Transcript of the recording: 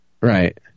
Right